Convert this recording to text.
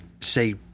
say